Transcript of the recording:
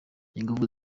ingufu